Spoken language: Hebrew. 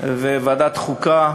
ולוועדת החוקה,